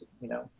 you know,